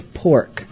pork